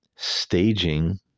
staging